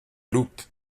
loupe